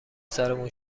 سرمون